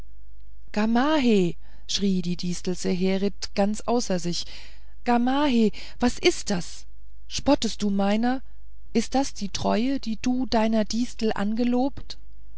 schrie die distel zeherit ganz außer sich gamaheh was ist das spottest du meiner ist das die treue die du deiner distel